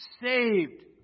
saved